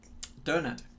donut